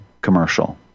commercial